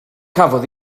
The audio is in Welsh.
cafodd